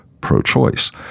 pro-choice